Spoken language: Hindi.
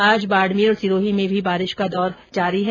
आज बाडमेर और सिरोही में भी बारिश का दौर जारी है